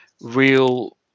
real